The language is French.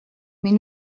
mais